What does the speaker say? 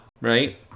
right